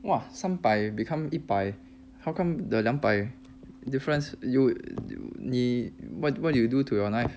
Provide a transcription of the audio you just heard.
!wah! 三百 become 一百 how come the 两百 difference you 你 what what did you do to your knife